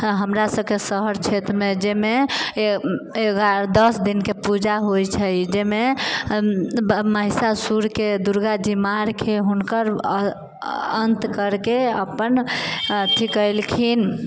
हमरा सबके शहर क्षेत्रमे जाहिमे एगारह दस दिनके पूजा होइ छै जाहिमे महिषासुरके दुर्गा जी मारके हुनकर अन्त करिके अपन अथी केलखिन